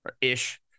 ish